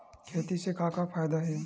खेती से का का फ़ायदा हे?